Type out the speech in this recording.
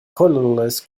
colorless